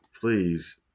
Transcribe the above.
Please